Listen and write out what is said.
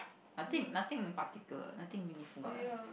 nothing nothing in particular nothing meaningful